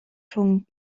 rhwng